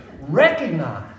recognize